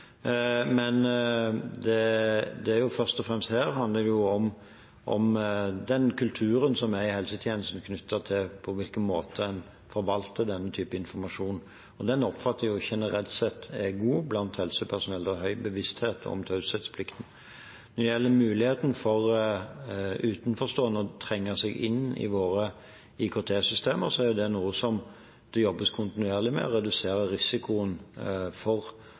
det er veldig positivt. Men dette handler først og fremst om den kulturen som er i helsetjenestene knyttet til på hvilken måte man forvalter denne typen informasjon. Den oppfatter jeg generelt sett er god blant helsepersonell. Det er høy bevissthet om taushetsplikten. Når det gjelder muligheten for utenforstående til å trenge seg inn i våre IKT-systemer, er det noe som det jobbes kontinuerlig med å redusere risikoen for.